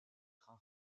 train